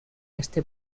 este